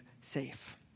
safe